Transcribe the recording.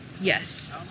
Yes